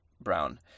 Brown